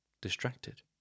distracted